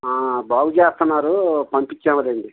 బాగుచేస్తున్నారు పంపించాములేండి